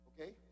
okay